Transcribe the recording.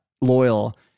loyal